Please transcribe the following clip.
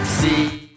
See